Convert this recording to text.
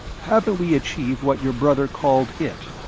haven't we achieved what your brother called it?